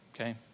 Okay